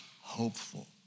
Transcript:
hopeful